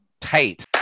tight